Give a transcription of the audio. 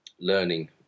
learning